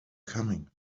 coming